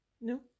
No